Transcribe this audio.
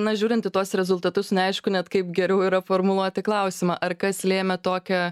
na žiūrint į tuos rezultatus neaišku net kaip geriau yra formuluoti klausimą ar kas lėmė tokią